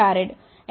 2 pF